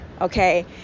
okay